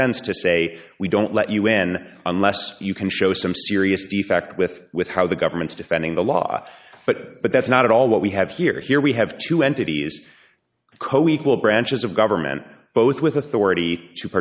sense to say we don't let un unless you can show some serious defect with with how the government's defending the law but but that's not at all what we have here here we have two entities co equal branches of government both with authority to